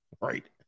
Right